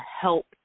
help